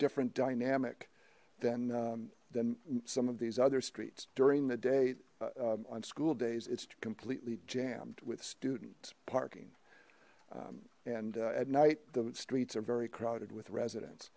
different dynamic than than some of these other streets during the day on school days it's completely jammed with student parking and at night the streets are very crowded with residen